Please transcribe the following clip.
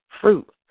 fruit